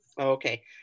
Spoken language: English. okay